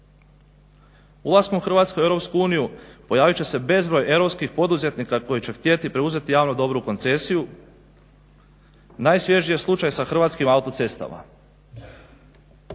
Ulaskom Hrvatske u EU pojavit će se bezbroj europskih poduzetnika koji će htjeti preuzeti javno dobro u koncesiju. Najsvježiji je slučaj sa Hrvatskim autocestama.